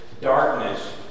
darkness